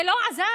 זה לא עזר.